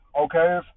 Okay